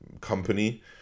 company